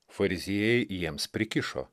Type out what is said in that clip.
fariziejai jiems prikišo